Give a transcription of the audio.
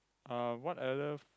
uh what other